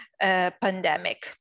pandemic